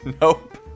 Nope